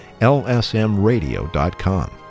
lsmradio.com